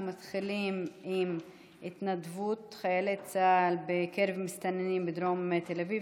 אנחנו מתחילים: התנדבות חיילי צה"ל בקרב מסתננים בדרום תל אביב,